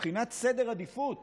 מבחינת סדר עדיפויות